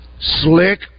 Slick